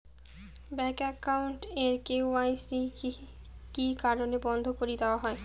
Bank account এর KYC কি কি কারণে বন্ধ করি দেওয়া হয়?